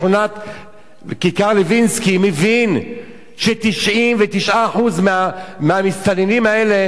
מבין ש-99% מהמסתננים האלה הם מבקשי עבודה.